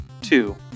Two